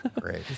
Great